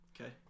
Okay